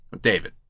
David